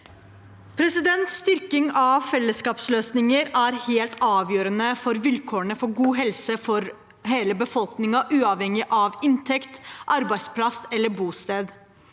Styrking av fellesskaps- løsninger er helt avgjørende for vilkårene for god helse for hele befolkningen, uavhengig av inntekt, arbeidsplass og bosted.